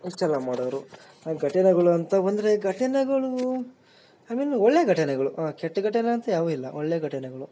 ಇಷ್ಟೆಲ್ಲ ಮಾಡೋವ್ರು ಘಟನೆಗಳು ಅಂತ ಬಂದರೆ ಘಟನೆಗಳು ಆಮೇಲೆ ಒಳ್ಳೆಯ ಘಟನೆಗಳು ಕೆಟ್ಟ ಘಟನೆ ಅಂತ ಯಾವುವು ಇಲ್ಲ ಒಳ್ಳೆಯ ಘಟನೆಗಳು